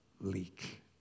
leak